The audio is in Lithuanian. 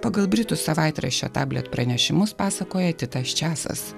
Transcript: pagal britų savaitraščio tablet pranešimus pasakoja titas česas